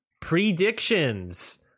predictions